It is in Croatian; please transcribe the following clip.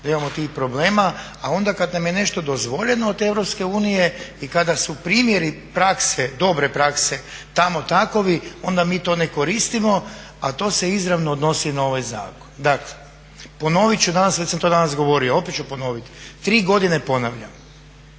da imamo tih problema a onda kad nam je nešto dozvoljeno od te EU i kada su primjeri prakse, dobre prakse tamo takovi onda mi to ne koristimo a to se izravno odnosi na ovaj zakon. Dakle, ponovit ću, već sam to danas govorio, opet ću ponoviti tri godine ponavljam,